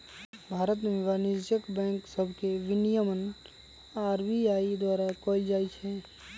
भारत में वाणिज्यिक बैंक सभके विनियमन आर.बी.आई द्वारा कएल जाइ छइ